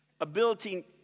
ability